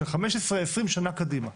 של 15-20 שנה קדימה.